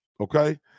Okay